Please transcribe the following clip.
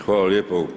Hvala lijepo.